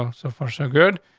ah so far, so good.